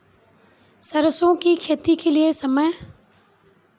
सरसों की खेती के लिए समय?